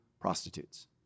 prostitutes